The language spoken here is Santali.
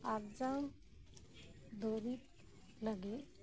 ᱟᱨᱡᱟᱣ ᱫᱩᱨᱤᱵ ᱞᱟᱹᱜᱤᱫ